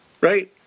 right